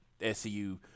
SCU